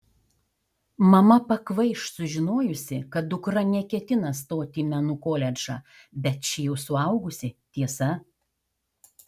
mama pakvaiš sužinojusi kad dukra neketina stoti į menų koledžą bet ši jau suaugusi tiesa